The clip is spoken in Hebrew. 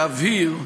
ולהבהיר,